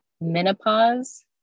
menopause